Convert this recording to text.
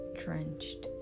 drenched